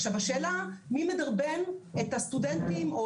עכשיו השאלה היא מי מדרבן את הסטודנטים או